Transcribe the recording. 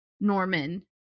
Norman